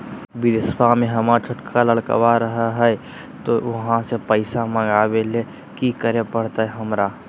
बिदेशवा में हमर छोटका लडकवा रहे हय तो वहाँ से पैसा मगाबे ले कि करे परते हमरा?